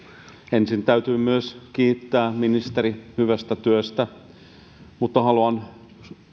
ensin täytyy myös kiittää ministeriä hyvästä työstä mutta haluan